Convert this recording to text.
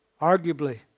Arguably